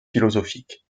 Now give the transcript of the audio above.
philosophique